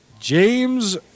James